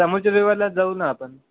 समुद्र विवारला जाऊ ना आपण